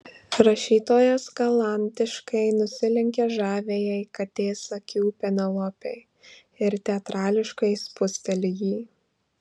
rašytojas galantiškai nusilenkia žaviajai katės akių penelopei ir teatrališkai spusteli jį